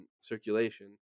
circulation